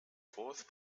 fourth